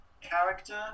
character